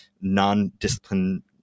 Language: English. non-discipline